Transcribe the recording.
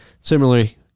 Similarly